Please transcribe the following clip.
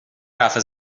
رفع